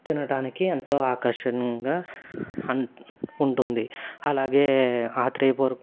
తినటానికి ఎంతో ఆకర్షణంగా అన్ ఉంటుంది అలాగే ఆత్రేయపురం